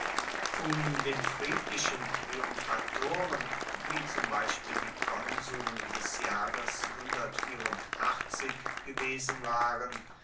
um den friedlichen triumphatoren wie zum beispiel die konsuln des jahres gewesen waren